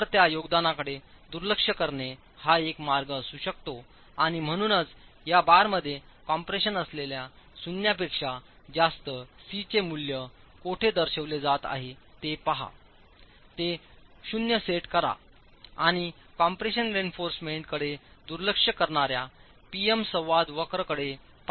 तर त्या योगदानाकडे दुर्लक्ष करणे हा एक मार्ग असू शकतो आणि म्हणूनच या बारमध्ये कम्प्रेशन असलेल्या शून्य पेक्षा जास्त C चे मूल्य कोठे दर्शविले जात आहे ते पहा ते शून्य सेट करा आणि कम्प्रेशन रेइन्फॉर्समेंट कडे दुर्लक्ष करणाऱ्या P M संवाद वक्र कडे पहा